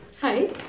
Hi